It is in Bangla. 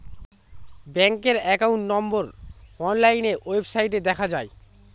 ব্যাঙ্কের একাউন্ট নম্বর অনলাইন ওয়েবসাইটে দেখা যায়